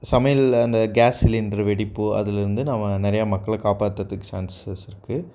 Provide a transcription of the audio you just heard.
சமையல் அந்த gas cylinder வெடிப்பு அதில் இருந்து நாம் நிறையா மக்கள காப்பாற்றுறதுக்கு சான்சஸ் இருக்குது